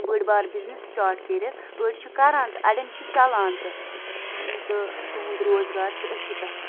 بٔڑ بار business start کٔرِتھ أڑۍ چھِ کَران اَڑٮ۪ن چھُ چَلان تہٕ تہٕ تُہُنٛد روزگار چھُ أتھی پٮ۪ٹھ